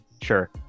Sure